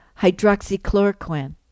hydroxychloroquine